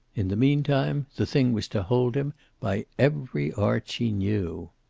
in the meantime the thing was to hold him by every art she knew.